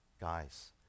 guys